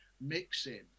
mixing